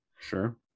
Sure